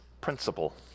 principle